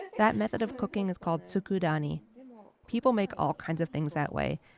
that method of cooking is called tsukudani people make all kinds of things that way,